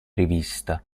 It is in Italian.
rivista